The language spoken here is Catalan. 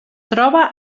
troba